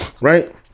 right